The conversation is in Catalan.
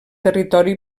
territori